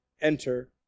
enter